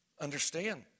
understand